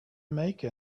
make